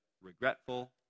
regretful